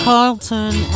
Carlton